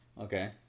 Okay